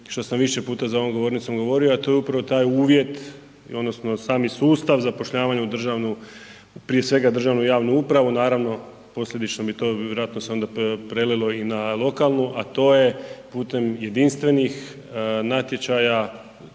što sam više puta za ovom govornicom govorio a to je upravo taj uvjet i odnosno sami sustav zapošljavanja u državnu, prije svega državnu javnu upravu, naravno posljedično mi to vjerojatno onda se prelilo i na lokalnu a to je putem jedinstvenih natječaja